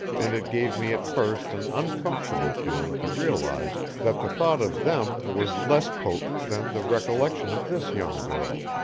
and it gave me at first an uncomfortable feeling to realize that the thought of them was less potent than the recollection of this young girl.